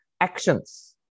Actions